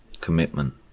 commitment